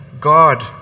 God